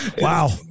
Wow